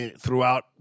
throughout